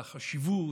על החשיבות,